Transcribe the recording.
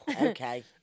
Okay